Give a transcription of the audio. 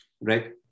right